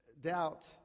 doubt